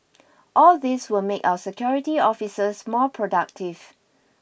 all these will make our security officers more productive